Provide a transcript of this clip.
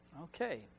Okay